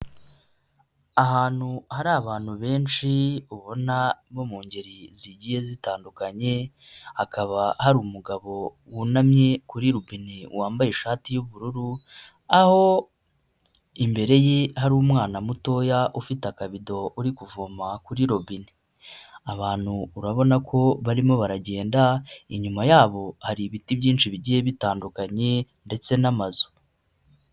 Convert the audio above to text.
Ahantu hari abantu benshi ubona bo mu ngeri zigiye zitandukanye, hakaba hari umugabo wunamye kuri robine wambaye ishati y'ubururu, aho imbere ye hari umwana mutoya ufite akabido uri kuvoma kuri robine. Abantu urabona ko barimo baragenda, inyuma yabo hari ibiti byinshi bigiye bitandukanye ndetse n'amazu.